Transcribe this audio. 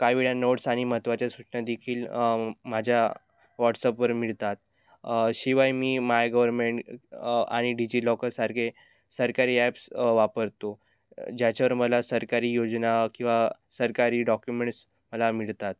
काही वेळा नोट्स आणि महत्त्वाच्या सूचना देखील माझ्या व्हॉट्सअपवर मिळतात शिवाय मी माय गवर्मेंट आणि डिजिलॉकरसारखे सरकारी ॲप्स वापरतो ज्याच्यावर मला सरकारी योजना किंवा सरकारी डॉक्युमेंट्स मला मिळतात